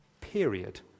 period